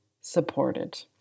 supported